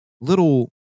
little